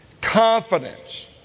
confidence